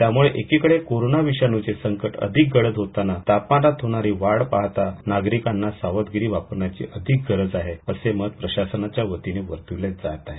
त्यामुळे एकीकडे कोरोना विषाणूचे संकट अधिक गढत होताना तापमानात होणारी वाढ पाहता नागरिकाना सावधगिरी बाळगण्याची अधिक गरज आहे असे मत प्रशासनातर्फे वर्तवण्यात येत आहेत